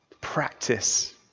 Practice